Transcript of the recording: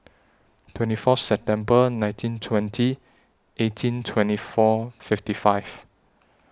twenty four September nineteen twenty eighteen twenty four fifty five